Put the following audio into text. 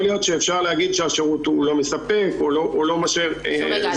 יכול להיות שאפשר להגיד שהשירות הוא לא מספק או שזה לא מה ש- -- רגע,